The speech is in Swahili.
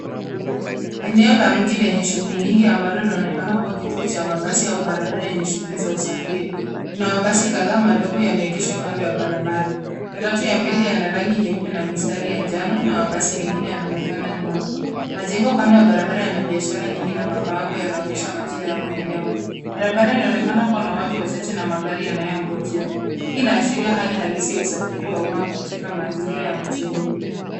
Eneo la mji lenye shughuli nyingi ambalo linaonekana kuwa kituo cha mabasi au barabara yenye shughuli za usafiri. Kuna mabasi kadhaa madogo yameegeshwa kando ya barabara. Matatu ya mbele yana rangi nyeupe na mistari ya njano na mabasi mengine yanaonekana nyuma. Majengo kando ya barabara yana biashara nyingi na mabango yanaonesha majina ya maeneo. Barabara inaonekana kuwa na watu wachache na magari yanayongojea. Hii inaashiria hali halisi ya usafiri wa umma katika mazingira ya mjini.